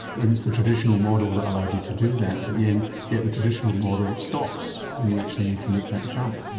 and it's the traditional model that allowed you to do that. but yeah and yet the traditional model stops when you actually need to make that jump.